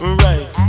right